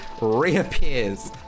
reappears